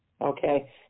okay